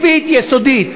סיזיפית יסודית.